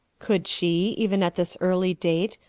could she, even at this early date,